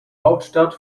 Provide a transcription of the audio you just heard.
hauptstadt